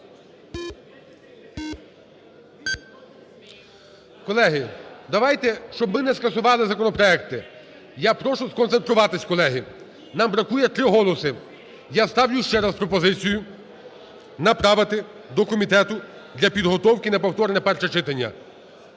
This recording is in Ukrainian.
Колеги, давайте, щоб ми не скасували законопроекти. Я прошу сконцентруватися, колеги, нам бракує три голоси. Я ставлю ще раз пропозицію, направити до комітету для підготовки на повторне перше читання.